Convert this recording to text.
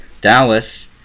Dallas